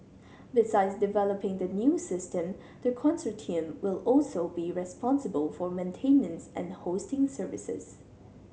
besides developing the new system the consortium will also be responsible for maintenance and hosting services